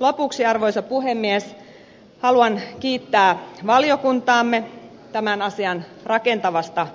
lopuksi arvoisa puhemies haluan kiittää valiokuntaamme tämän asian rakentavasta